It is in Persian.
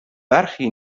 برخی